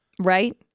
Right